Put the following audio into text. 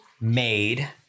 made